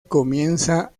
comienza